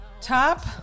Top